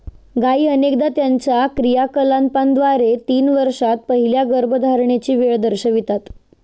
गायी अनेकदा त्यांच्या क्रियाकलापांद्वारे तीन वर्षांत पहिल्या गर्भधारणेची वेळ दर्शवितात